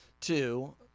two